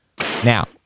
Now